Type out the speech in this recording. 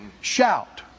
shout